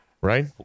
right